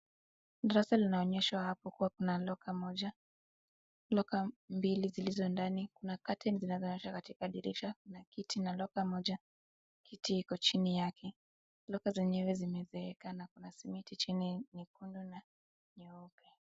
Darasa linaonyeshwa hapo kuwa kuna loka moja, loka mbili zilizo ndani na curtain zinaonyeshwa katika dirisha na kiti na loka moja, kiti iko chini yake. Loka zenyewe zimezeeka na kuna simiti chini nyekundu na nyeupe.